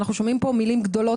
אנחנו שומעים פה מילים גדולות.